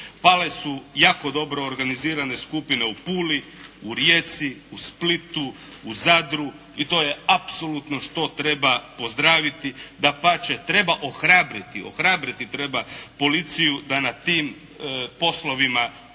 Pale su jako dobro organizirane skupine u Puli, u Rijeci, u Splitu, u Zadru i to je apsolutno što treba pozdraviti. Dapače treba ohrabriti, ohrabriti treba policiju da na tim poslovima ustraje.